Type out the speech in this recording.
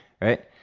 right